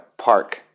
park